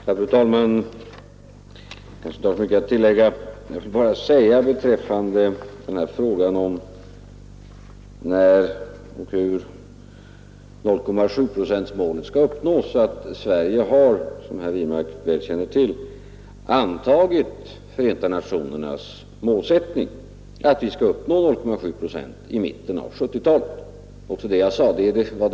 Fru talman! Jag kanske inte har så mycket att tillägga. Beträffande frågan om när och hur 0,7-procentsmålet skall uppnås vill jag bara säga att Sverige har, som herr Wirmark väl känner till, antagit Förenta nationernas målsättning att vi skall uppnå 0,7 procent i mitten av 1970-talet.